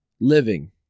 Living